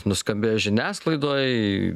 nuskambėjo žiniasklaidoj